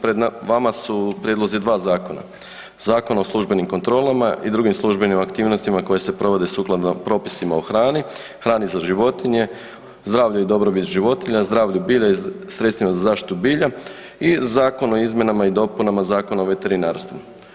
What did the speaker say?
Pred vam su prijedlozi dva zakona, Zakon o službenim kontrolama i drugim službenim aktivnostima koje se provode sukladno propisima o hrani, hrani za životinje,k o zdravlju i dobrobiti životinja, zdravlju bilja i sredstvima za zaštitu bilja i Zakon o izmjenama i dopunama Zakona o veterinarstvu.